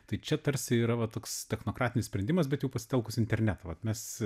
tai čia tarsi yra va toks technokratinis sprendimas bet jau pasitelkus internetą vat mes